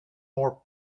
more